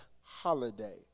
holiday